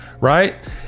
right